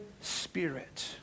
spirit